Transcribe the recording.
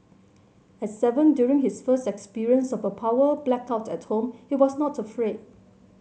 at seven during his first experience of a power blackout at home he was not afraid